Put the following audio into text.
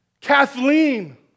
Kathleen